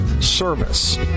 service